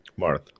Marth